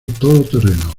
todoterreno